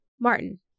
Martin